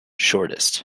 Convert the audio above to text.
shortest